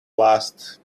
last